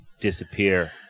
disappear